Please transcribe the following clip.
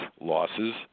losses